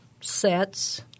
sets